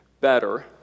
better